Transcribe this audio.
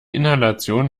inhalation